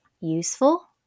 useful